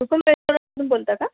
रूपम रेस्टॉरंटमधून बोलता का